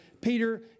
Peter